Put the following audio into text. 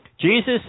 Jesus